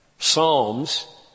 Psalms